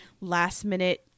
last-minute